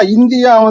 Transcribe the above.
India